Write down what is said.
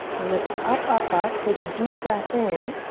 lift up, up, up. take a deep breath in.